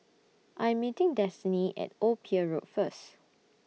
I'm meeting Destinee At Old Pier Road First